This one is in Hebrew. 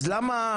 אז למה,